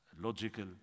logical